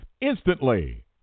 instantly